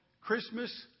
Christmas